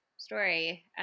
story